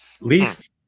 Leaf